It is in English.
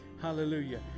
Hallelujah